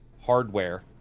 Hardware